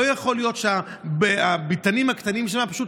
לא יכול להיות שהביתנים הקטנים שם פשוט